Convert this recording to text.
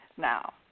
now